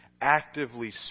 actively